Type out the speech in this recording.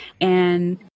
And-